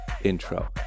intro